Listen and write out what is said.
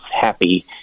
happy